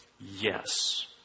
Yes